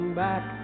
back